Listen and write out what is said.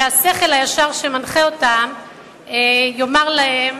שהשכל הישר שמנחה אותם יאמר להם